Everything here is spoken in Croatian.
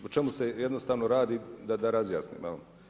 O čemu se jednostavno radi, da razjasnim.